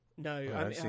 No